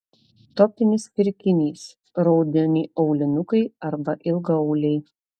topinis pirkinys raudoni aulinukai arba ilgaauliai